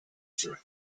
through